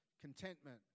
contentment